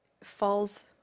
falls